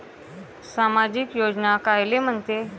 सामाजिक योजना कायले म्हंते?